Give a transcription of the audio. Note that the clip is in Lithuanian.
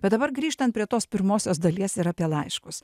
bet dabar grįžtant prie tos pirmosios dalies ir apie laiškus